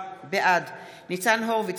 בעד ניצן הורוביץ,